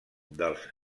dels